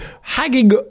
hanging